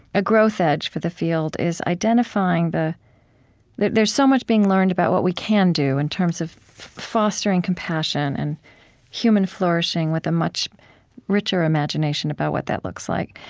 growth edge for the field is identifying that that there's so much being learned about what we can do in terms of fostering compassion and human flourishing with a much richer imagination about what that looks like.